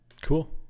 cool